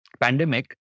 pandemic